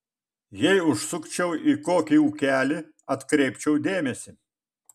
jei užsukčiau į kokį ūkelį atkreipčiau dėmesį